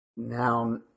Now